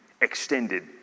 extended